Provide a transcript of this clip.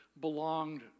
belonged